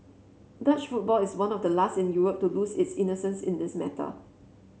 Dutch football is one of the last in Europe to lose its innocence in this matter